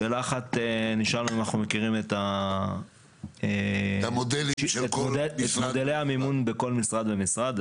שאלה אחת נשאלנו אם אנחנו מכירים את מודלי המימון בכל משרד ומשרד?